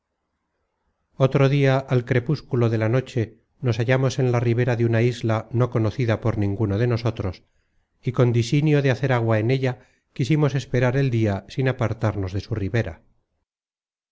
otro dia al crepúsculo de la noche nos hallamos en la ribera de una isla no conocida por ninguno de nosotros y con disinio de hacer agua en ella quisimos esperar el dia sin apartarnos de su ribera